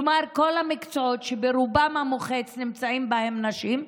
כלומר, כל המקצועות שברובם המוחץ נמצאות בהם נשים,